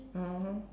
(uh huh)